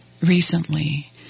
recently